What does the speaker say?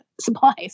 supplies